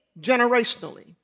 generationally